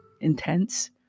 intense